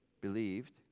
believed